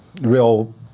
real